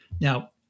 Now